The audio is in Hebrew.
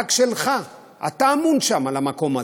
רק שלך, אתה אמון שם על המקום הזה.